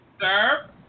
Sir